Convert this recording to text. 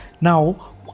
Now